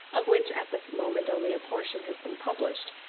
of which at this moment only a portion has been published,